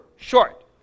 Short